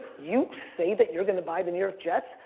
you say that you're gonna buy the new york jets,